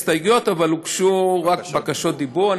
הסתייגויות אבל הוגשו רק בקשות דיבור.